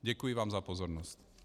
Děkuji vám za pozornost.